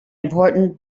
important